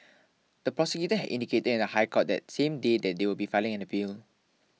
the prosecutors had indicated in the High Court that same day that they would be filing an appeal